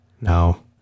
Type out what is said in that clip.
No